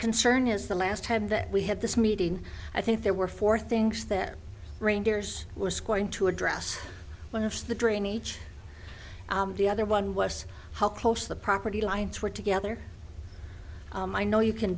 concern is the last time that we had this meeting i think there were four things there reindeers was going to address one of the drainage the other one was how close the property lines were together i know you can